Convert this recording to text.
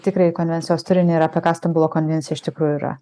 tikrąjį konvencijos turinį ir apie ką stambulo konvencija iš tikrųjų ir yra